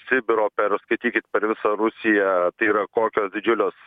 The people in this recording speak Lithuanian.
sibiro per skaitykit per visą rusiją tai yra kokios didžiulės